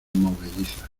movediza